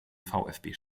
vfb